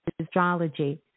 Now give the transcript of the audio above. astrology